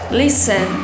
listen